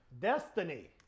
Destiny